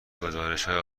گزارشهای